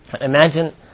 Imagine